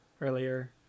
earlier